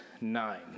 nine